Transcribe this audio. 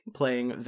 playing